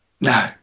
No